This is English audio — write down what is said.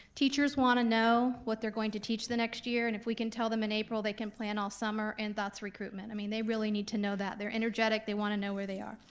teachers wanna know what they're going to teach the next year, and if we can tell them in april, they can plan all summer, and that's recruitment. i mean, they really need to know that, they're energetic, they wanna know where they are.